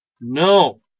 No